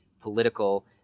political